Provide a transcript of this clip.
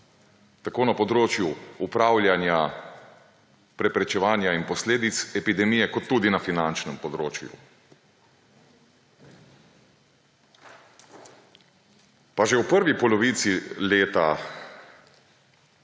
tako na področju upravljanja, preprečevanja in posledic epidemije kot tudi na finančnem področju. Pa že v prvi polovici leta